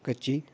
कच्ची